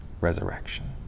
resurrection